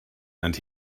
and